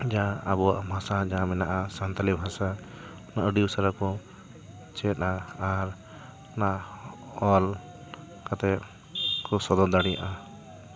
ᱡᱟᱦᱟᱸ ᱟᱵᱚᱭᱟᱜ ᱵᱷᱟᱥᱟ ᱡᱟᱦᱟᱸ ᱢᱮᱱᱟᱜᱼᱟ ᱥᱟᱱᱛᱟᱲᱤ ᱵᱷᱟᱥᱟ ᱚᱱᱟ ᱟᱹᱰᱤ ᱩᱥᱟᱹᱨᱟ ᱠᱚ ᱪᱮᱫ ᱟ ᱟᱨ ᱚᱱᱟ ᱚᱞ ᱠᱟᱛᱮ ᱠᱚ ᱥᱚᱫᱚᱨ ᱫᱟᱲᱮᱭᱟᱜᱼᱟ